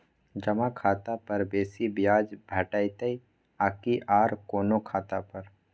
जमा खाता पर बेसी ब्याज भेटितै आकि आर कोनो खाता पर?